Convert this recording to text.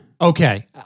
Okay